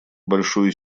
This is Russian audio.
большую